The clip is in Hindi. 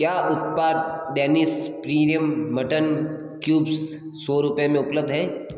क्या उत्पाद डैनिस प्रीमियम मटन क्यूब्स सौ रुपये में उपलब्ध है